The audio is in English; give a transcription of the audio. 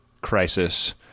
crisis